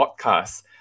podcast